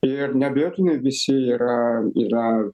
ir neabejotinai visi yra yra